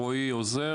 אני רועי עוזר,